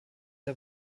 der